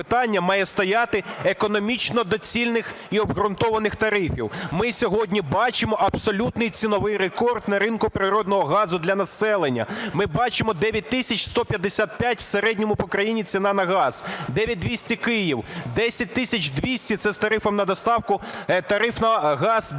має стояти економічно доцільних і обґрунтованих тарифів. Ми сьогодні бачимо абсолютний ціновий рекорд на ринку природного газу для населення, ми бачимо 9155 в середньому по країні ціна на газ, 9200 - Київ, 10200 (це з тарифом на доставку) - тариф на газ